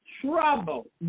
trouble